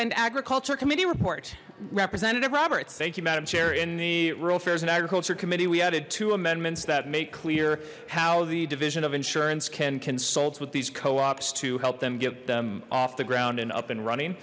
and agriculture committee report representative roberts thank you madam chair in the rural affairs and agriculture committee we added two amendments that make clear how the division of insurance can consult with these coops to help them get them off the ground and up and running